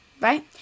right